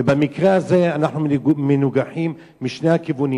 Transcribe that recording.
ובמקרה הזה אנחנו מנוגחים משני הכיוונים,